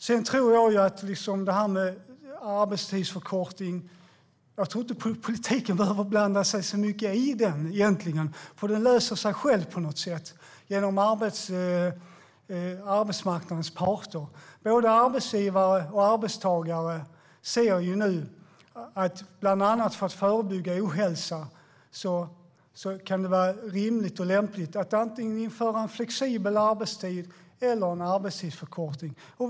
Sedan tror jag att politiken inte behöver blanda sig så mycket i det här med arbetstidsförkortning. Det löser sig självt genom arbetsmarknadens parter. Både arbetsgivare och arbetstagare ser nu att bland annat för att förebygga ohälsa kan det vara rimligt och lämpligt att antingen införa flexibel arbetstid eller arbetstidsförkortning.